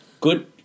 Good